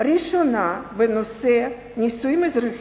ראשונה בנושא נישואים אזרחיים,